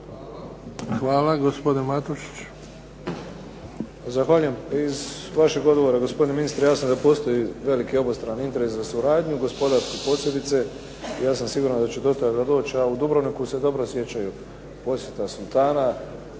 Hvala. Gospodin Matušić.